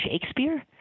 Shakespeare